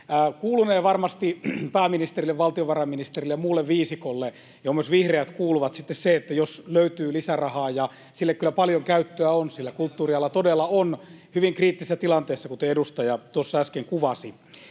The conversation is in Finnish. Kuulunee varmasti pääministerille, valtiovarainministerille ja muulle viisikolle, johon myös vihreät kuuluvat, sitten se, jos löytyy lisärahaa. Sille kyllä paljon käyttöä on, sillä kulttuuriala todella on hyvin kriittisessä tilanteessa, kuten edustaja tuossa äsken kuvasi.